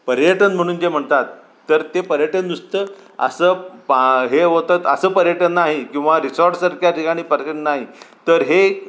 पर्यटन म्हणून जे म्हणतात तर ते पर्यटन नुसतं असं पा हे होतं असं पर्यटन नाही किंवा रिसॉर्टसारख्या ठिकाणी पर्यटन नाही तर हे